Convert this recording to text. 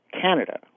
Canada